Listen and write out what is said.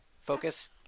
Focus